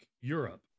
Europe